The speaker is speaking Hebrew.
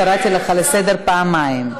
קראתי אותך לסדר פעמיים.